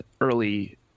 early